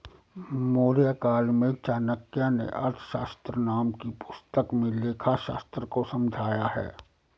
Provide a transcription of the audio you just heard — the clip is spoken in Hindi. मौर्यकाल में चाणक्य नें अर्थशास्त्र नाम की पुस्तक में लेखाशास्त्र को समझाया है